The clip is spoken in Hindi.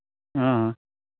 हाँ हाँ